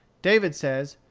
david says,